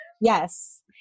Yes